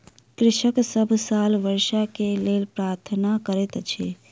कृषक सभ साल वर्षा के लेल प्रार्थना करैत अछि